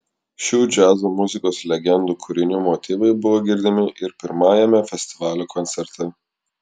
šių džiazo muzikos legendų kūrinių motyvai buvo girdimi ir pirmajame festivalio koncerte